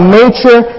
nature